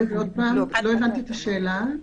לא הבנתי את השאלה.